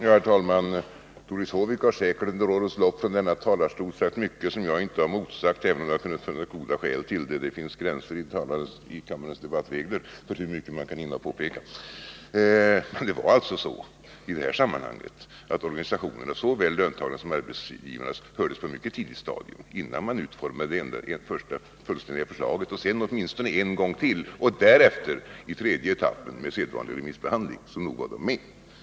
Herr talman! Doris Håvik har säkert under årens lopp från kammarens talarstol sagt mycket som jag inte sagt emot, även om det kunde ha funnits goda skäl till det. Det finns gränser i kammarens debattregler för hur mycket man kan hinna påpeka. Det var alltså så att såväl löntagarnas som arbetsgivarnas organisationer hördes på ett mycket tidigt stadium, innan man utformade det fullständiga förslaget, och sedan åtminstone en gång till och därefter i tredje etappen vid sedvanlig remissbehandling, så nog var de med!